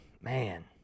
Man